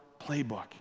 playbook